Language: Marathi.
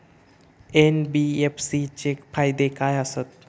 एन.बी.एफ.सी चे फायदे खाय आसत?